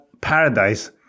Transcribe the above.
paradise